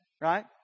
right